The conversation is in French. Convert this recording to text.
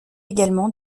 également